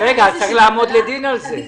אז צריך לעמוד לדין על זה.